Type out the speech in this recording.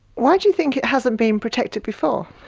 why do you think it hasn't been protected before?